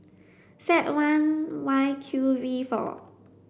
Z one Y Q V four